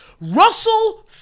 Russell